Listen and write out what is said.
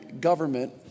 government